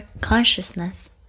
consciousness